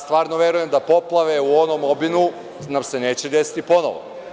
Stvarno verujem da poplave u onom obimu nam se neće desiti ponovo.